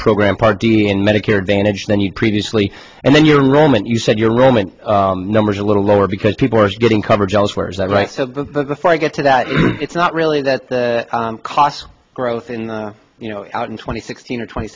program part d and medicare advantage then you've previously and then you're roman you said you're roman numbers a little lower because people are getting coverage elsewhere is that right so if i get to that it's not really that cost growth in you know out in twenty sixteen or twenty